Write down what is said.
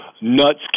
nuts